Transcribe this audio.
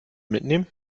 mitnehmen